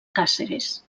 càceres